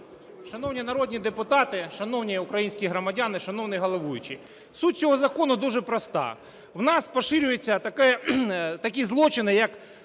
шановні народні депутати, шановні українські громадяни, шановний головуючий, суть цього закону дуже проста. В нас поширюються такі злочини як